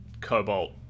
cobalt